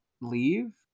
leave